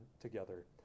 together